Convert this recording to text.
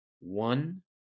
one